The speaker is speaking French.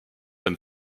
and